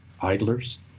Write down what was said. idlers